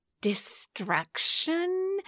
Destruction